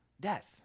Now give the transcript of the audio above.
death